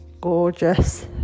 gorgeous